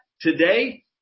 today